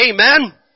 Amen